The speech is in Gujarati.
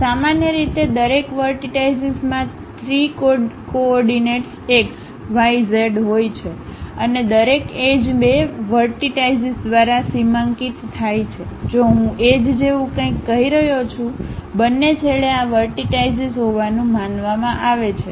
સામાન્ય રીતે દરેક વર્ટિટાઈશીસમાં 3 કોઓર્ડિનેટ્સ એક્સ વાય ઝેડ હોય છે અને દરેક એજ બે વર્ટિટાઈશીસ દ્વારા સીમાંકિત થાય છે જો હું એજ જેવું કંઈક કહી રહ્યો છું બંને છેડે આ વર્ટિટાઈશીસ હોવાનું માનવામાં આવે છે